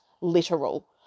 literal